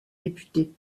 député